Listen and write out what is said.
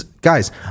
Guys